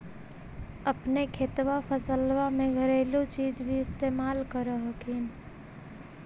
अपने खेतबा फसल्बा मे घरेलू चीज भी इस्तेमल कर हखिन?